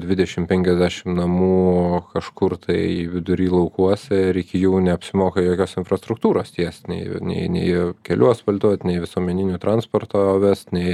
dvidešim penkiasdešim namų kažkur tai vidury laukuose ir iki jų neapsimoka jokios infrastruktūros tiest nei nei nei kelių asfaltuot nei visuomeniniu transporto vest nei